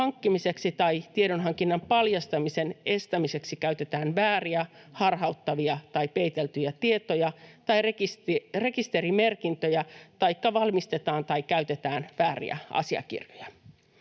hankkimiseksi tai tiedonhankinnan paljastamisen estämiseksi käytetään vääriä, harhauttavia tai peiteltyjä tietoja tai rekisterimerkintöjä taikka valmistetaan tai käytetään vääriä asiakirjoja.